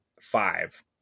five